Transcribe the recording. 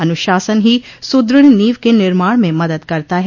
अनुशासन ही सुदृढ़ नीव के निर्माण में मदद करता है